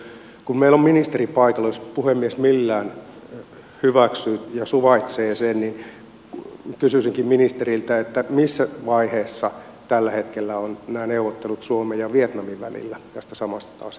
kun meillä on ministeri paikalla niin jos puhemies millään hyväksyy ja suvaitsee sen kysyisinkin ministeriltä missä vaiheessa tällä hetkellä ovat nämä neuvottelut suomen ja vietnamin välillä tästä samasta asiasta